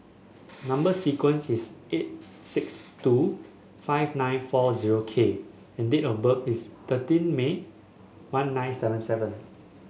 number sequence is eight six two five nine four zero K and date of birth is thirteen May one nine seven seven